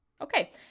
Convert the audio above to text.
Okay